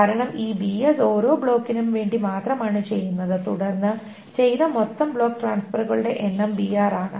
കാരണം ഈ bs ഓരോ ബ്ലോക്കിനും വേണ്ടി മാത്രമാണ് ചെയ്യുന്നത് തുടർന്ന് ചെയ്ത മൊത്തം ബ്ലോക്ക് ട്രാൻസ്ഫെറുകളുടെ എണ്ണം br ആണ്